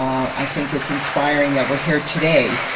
i think it's inspiring that we're here today,